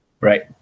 Right